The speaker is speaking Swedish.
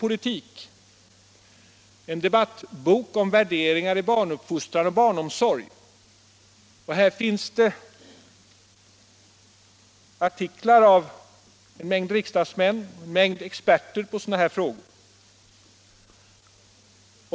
Det är en debattbok om värderingar i barnuppfostran och barnomsorg, och i den finns artiklar av en mängd riksdagsmän och experter på sådana här frågor.